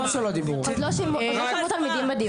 עוד לא שמעו את התלמידים בדיון.